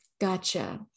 Gotcha